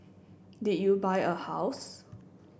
did you buy a house